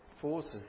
forces